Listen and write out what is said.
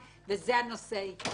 וזה הנושא העיקרי,